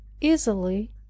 easily